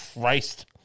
Christ